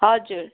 हजुर